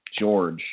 George